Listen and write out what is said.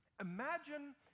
Imagine